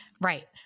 Right